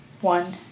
one